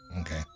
Okay